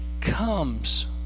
comes